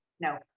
No